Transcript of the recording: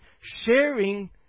sharing